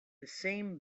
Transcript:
same